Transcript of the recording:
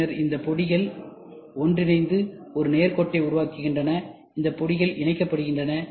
பின்னர் இந்த பொடிகள் ஒன்றிணைந்து ஒரு நேர் கோட்டை உருவாக்குகின்றன இந்த பொடிகள் இணைக்கப்படுகின்றன